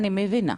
אני מבינה.